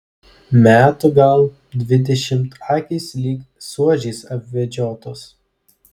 metų gal dvidešimt akys lyg suodžiais apvedžiotos